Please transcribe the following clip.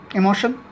emotion